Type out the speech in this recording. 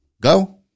Go